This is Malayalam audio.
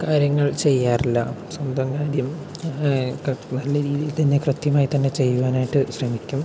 കാര്യങ്ങൾ ചെയ്യാറില്ല സ്വന്തം കാര്യം നല്ല രീതിയിൽ തന്നെ കൃത്യമായി തന്നെ ചെയ്യുവാനായിട്ട് ശ്രമിക്കും